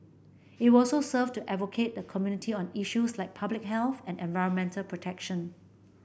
it will also serve to advocate the community on issues like public health and environmental protection